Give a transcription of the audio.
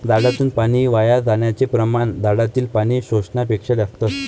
झाडातून पाणी वाया जाण्याचे प्रमाण झाडातील पाणी शोषण्यापेक्षा जास्त असते